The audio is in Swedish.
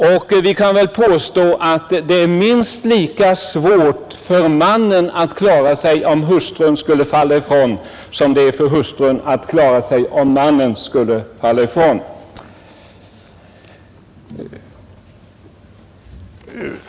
Och vi kan väl påstå att det är minst lika svårt för mannen att klara sig, om hustrun skulle falla ifrån, som det är för hustrun att klara sig om mannen skulle falla ifrån.